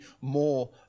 more